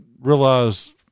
realize